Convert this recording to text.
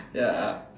ya